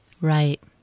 Right